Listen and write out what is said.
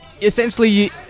essentially